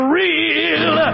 real